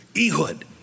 Ehud